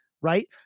Right